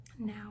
Now